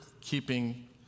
keeping